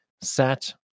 sat